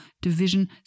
Division